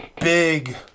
big